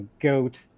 goat